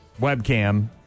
webcam